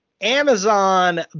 Amazon